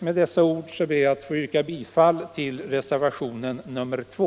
Med dessa ord ber jag att få yrka bifall till reservationen 2.